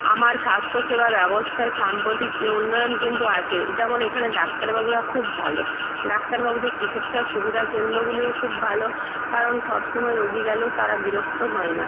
আমার স্বাস্থ্যসেবা ব্যবস্থায় সাম্প্রতিককে উন্নয়ন কিন্তু আছে যেমন এখানে ডাক্তারবাবুরা খুব ভালো ডাক্তারবাবুদের চিকিৎসা সুবিধা কেন্দ্রগুলিও খুব ভালো কারণ সব সময় রোগী গেলেও তারা বিরক্ত হয় না